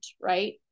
right